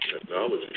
technology